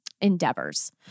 endeavors